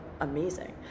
amazing